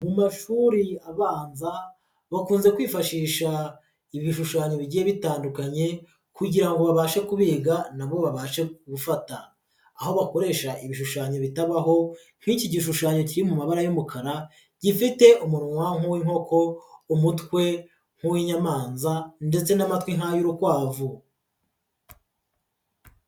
Mu mashuri abanza bakunze kwifashisha ibishushanyo bigiye bitandukanye kugira ngo babashe kubiga na bo babashe gufata, aho bakoresha ibishushanyo bitabaho nk'iki gishushanyo kiri mu mabara y'umukara gifite umunwa nk'uw'inkoko, umutwe nk'u'inyamanza ndetse n'amatwi nk'ay'urukwavu.